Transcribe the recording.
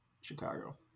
Chicago